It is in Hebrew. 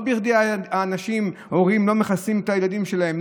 לא בכדי הורים לא מחסנים את הילדים שלהם.